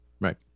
Right